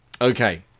Okay